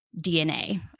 DNA